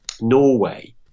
Norway